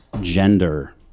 gender